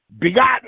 begotten